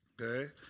okay